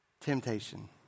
Temptation